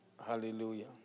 Hallelujah